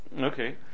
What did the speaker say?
Okay